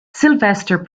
sylvester